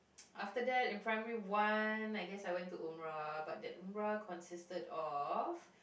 after that in primary one I guess I went to Umrah but that Umrah consisted of